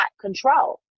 control